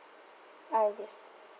ah yes